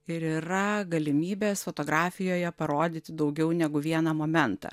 ir yra galimybės fotografijoje parodyti daugiau negu vieną momentą